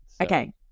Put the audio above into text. Okay